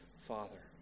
father